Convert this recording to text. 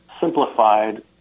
simplified